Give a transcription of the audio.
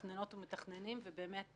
מתכננות ומתכננים, ובאמת